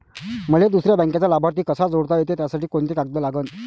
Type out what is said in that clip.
मले दुसऱ्या बँकेचा लाभार्थी कसा जोडता येते, त्यासाठी कोंते कागद लागन?